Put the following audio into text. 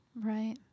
Right